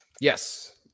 Yes